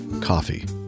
coffee